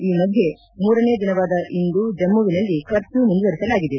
ಈ ಮಧ್ಯೆ ಮೂರನೇ ದಿನವಾದ ಇಂದೂ ಜಮ್ಮವಿನಲ್ಲಿ ಕರ್ಪ್ಯೂ ಮುಂದುವರಿಸಲಾಗಿದೆ